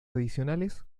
adicionales